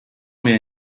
mir